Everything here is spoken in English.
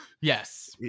Yes